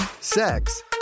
sex